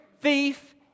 thief